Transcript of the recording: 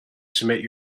submit